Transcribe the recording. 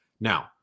Now